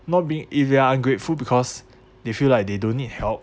not being if they are ungrateful because they feel like they don't need help